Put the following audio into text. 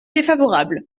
défavorable